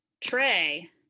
Trey